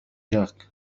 جاك